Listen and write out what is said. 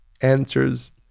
answers